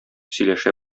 сөйләшә